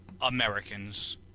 Americans